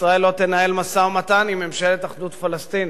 ישראל לא תנהל משא-ומתן עם ממשלת אחדות פלסטינית.